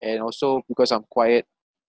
and also because I'm quiet